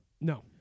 no